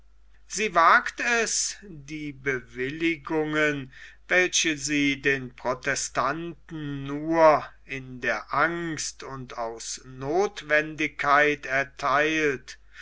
sie wagt es die bewilligungen welche sie den protestanten nur in der angst und aus nothwendigkeit ertheilt